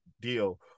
deal